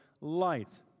light